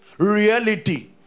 reality